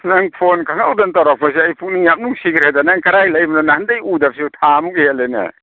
ꯅꯪ ꯐꯣꯟ ꯈꯪꯍꯧꯗꯅ ꯇꯧꯔꯛꯄꯁꯦ ꯑꯩ ꯄꯨꯛꯅꯤꯡ ꯌꯥꯝ ꯅꯨꯡꯁꯤꯒ꯭ꯔꯦꯗ ꯅꯪ ꯀꯔꯥꯏ ꯂꯩꯕꯅꯣ ꯅꯍꯥꯟꯗꯒꯤ ꯎꯗꯕꯁꯤꯕꯨ ꯊꯥꯃꯨꯛ ꯍꯦꯜꯂꯦꯅꯦ